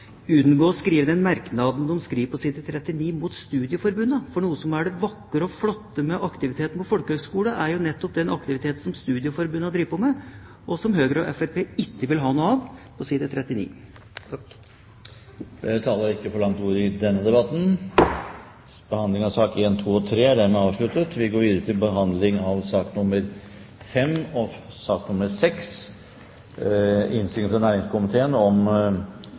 unngå å skrive den merknaden de skriver på side 39 mot studieforbundene, for noe som er det vakre og flotte med aktiviteten på folkehøyskole, er jo nettopp den aktiviteten som studieforbundene driver på med, og som Høyre og Fremskrittspartiet ikke vil ha noe av – på side 39. Flere har ikke bedt om ordet